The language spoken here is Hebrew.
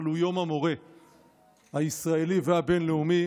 אבל הוא יום המורה הישראלי והבין-לאומי,